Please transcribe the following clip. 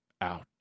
out